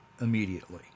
immediately